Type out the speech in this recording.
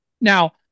Now